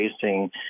facing